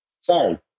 Sorry